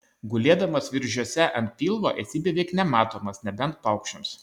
gulėdamas viržiuose ant pilvo esi beveik nematomas nebent paukščiams